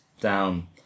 down